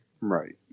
right